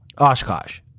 Oshkosh